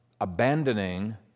abandoning